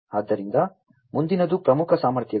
ಆದ್ದರಿಂದ ಮುಂದಿನದು ಪ್ರಮುಖ ಸಾಮರ್ಥ್ಯಗಳು